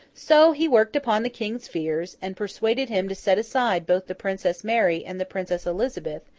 so, he worked upon the king's fears, and persuaded him to set aside both the princess mary and the princess elizabeth,